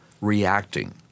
reacting